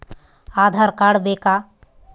Aadhaar card ಬೇಕಾ?